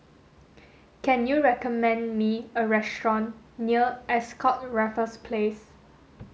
can you recommend me a restaurant near Ascott Raffles Place